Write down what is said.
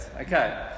Okay